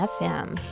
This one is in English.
FM